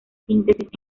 síntesis